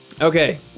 Okay